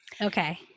Okay